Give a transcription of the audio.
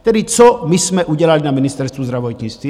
Tedy co my jsme udělali na Ministerstvu zdravotnictví?